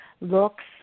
looks